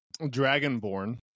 Dragonborn